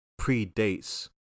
predates